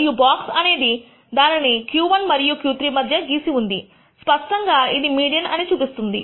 మరియు బాక్స్ అనే దానిని Q1 మరియు Q3 మధ్య గీసి ఉంది స్పష్టంగా ఇది మీడియన్ చూపిస్తోంది